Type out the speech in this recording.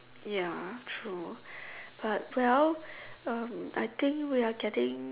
ya true but well um I think we are getting